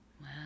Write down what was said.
Wow